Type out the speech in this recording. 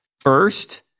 First